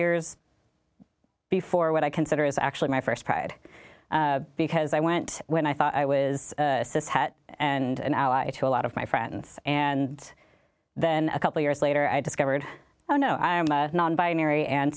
years before what i consider is actually my st pride because i went when i thought i was this hat and ally to a lot of my friends and then a couple years later i discovered oh no i am non binary and